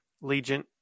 Legion